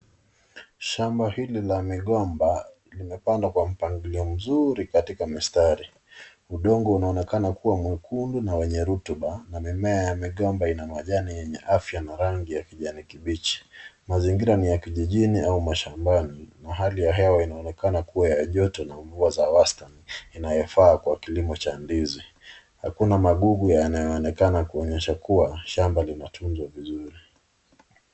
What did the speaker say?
Shamba hili la migomba limepandwa kwa mpangilio mzuri katika mistari. Udongo unaonekana kuwa mwekundu na wenye rutuba na mimea ya migomba ina majani yenye afya na rangi ya kijani kibichi. Mazingira ni ya kijijini au mashambani na hali ya hewa inaonekana kuwa ya joto na mvua za wastani inayofaa kwa kilimo cha ndizi. Hakuna magugu yanayoonekana, kuonyesha kuwa shamba linatuzwa vizuri.